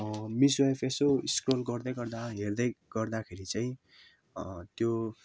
मिसो app यसो scroll गर्दै गर्दा हेर्दैगर्दाखेरि चाहिँ त्यो